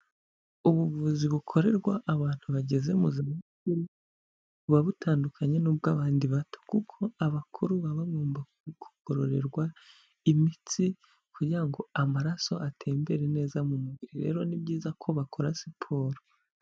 Ubuvuzi bukorerwa abantu bageze mu zabukuru, buba butandukanye n'ubw'abandi bato, kuko abakuru baba bagomba kugororerwa imitsi kugira ngo amaraso atembere neza mu mubiri. Rero ni byiza ko bakora siporo.